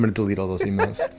but delete all those emails